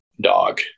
dog